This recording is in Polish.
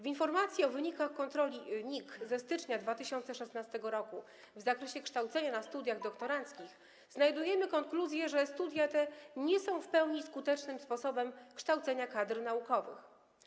W informacji o wynikach kontroli NIK ze stycznia 2016 r. w zakresie kształcenia na studiach doktoranckich znajdujemy konkluzję, że studia te nie są w pełni skutecznym sposobem kształcenia kadr naukowych.